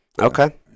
Okay